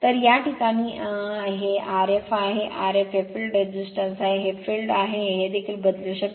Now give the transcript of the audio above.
तर या प्रकरणात आणि हे Rf आहे Rf हे फील्ड रेझिस्टन्स आहे हे फील्ड आहे हे देखील बदलू शकते